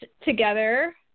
together